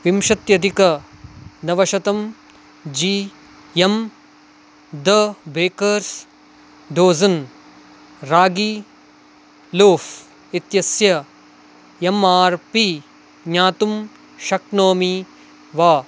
विंशत्यधिकनवशतम् G M the baker's dozen ragi loaf इत्यस्य M R P ज्ञातुं शक्नोमि वा